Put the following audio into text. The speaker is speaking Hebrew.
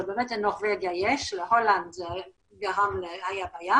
אבל באמת לנורבגיה, בהולנד זה גרם לבעיה,